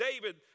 David